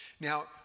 Now